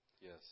Yes